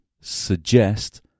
suggest